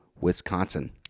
Wisconsin